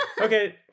okay